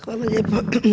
Hvala lijepa.